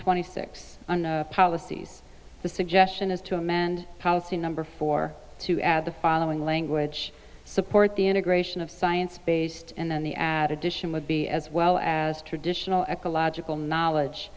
twenty six on the policies the suggestion is to amend policy number four to add the following language support the integration of science based and then the add addition would be as well as traditional ecological knowledge